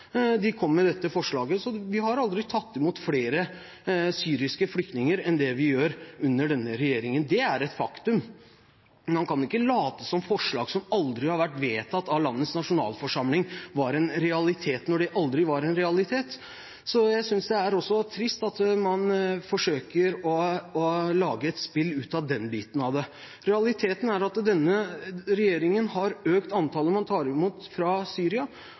Så vi har aldri tatt imot flere syriske flyktninger enn det vi gjør under denne regjeringen. Det er et faktum. Man kan ikke late som om forslag som aldri har vært vedtatt av landets nasjonalforsamling, var en realitet når det aldri var en realitet. Jeg synes det er trist at man forsøker å lage et spill ut av den biten. Realiteten er at denne regjeringen har økt antallet flyktninger man tar imot fra Syria.